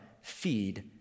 feed